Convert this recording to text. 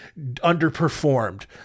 underperformed